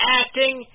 acting